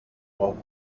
off